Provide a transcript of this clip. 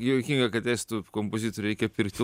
juokinga kad estų kompozitorių reikia pirkti